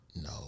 no